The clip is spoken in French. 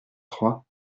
trois